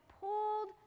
pulled